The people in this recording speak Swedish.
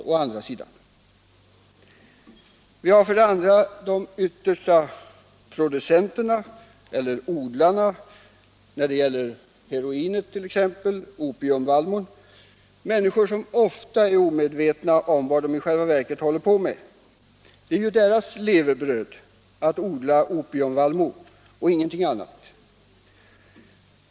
Vidare har vi producenterna, alltså de som odlar narkotikan — dvs. opiumvallmon, om det gäller heroin. Det är människor som ofta är omedvetna om vad de i själva verket håller på med; det är ju deras levebröd att odla opiumvallmo, ingenting annat.